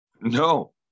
No